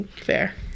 Fair